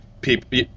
people